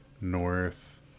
North